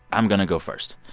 i'm going to go first.